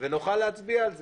ונוכל להצביע על זה.